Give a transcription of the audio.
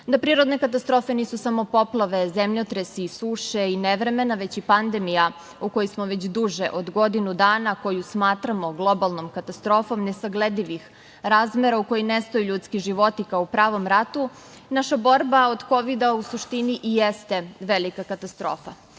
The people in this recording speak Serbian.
prirodne katastrofe nisu samo poplave, zemljotresi, suše i nevremena, već i pandemija u kojoj smo već duže od godinu dana, koju smatramo globalnom katastrofom nesagledivih razmera, u kojoj nestaju ljudski životi kao u pravom ratu, naša borba protiv Kovida u suštini i jeste velika katastrofa.